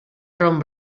rom